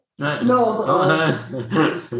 No